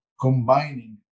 combining